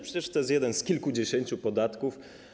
Przecież to jest jeden z kilkudziesięciu podatków.